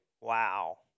Wow